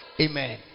Amen